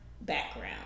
background